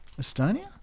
Estonia